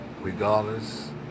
regardless